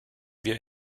wir